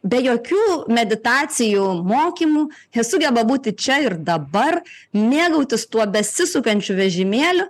be jokių meditacijų mokymų jie sugeba būti čia ir dabar mėgautis tuo besisukančiu vežimėliu